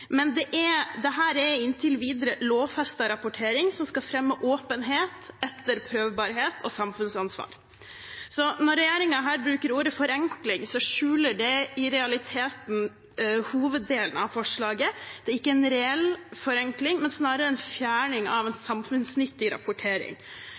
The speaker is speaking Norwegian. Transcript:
men dette er inntil videre lovfestet rapportering som skal fremme åpenhet etter prøvbarhet og samfunnsansvar. Så når regjeringen her bruker ordet «forenkling», skjuler det i realiteten hoveddelen av forslaget. Det er ikke en reell forenkling, men snarere en fjerning av en